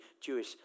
Jewish